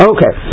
Okay